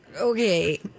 okay